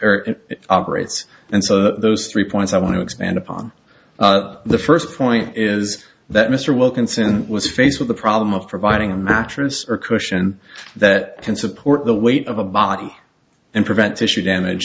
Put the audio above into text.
operates and so the three points i want to expand upon the first point is that mr wilkinson was faced with the problem of providing a mattress or question that can support the weight of a body and prevent tissue damage